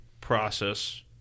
process